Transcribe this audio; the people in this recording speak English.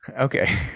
Okay